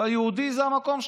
אתה יהודי, זה המקום שלך.